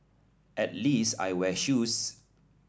at least I wear shoes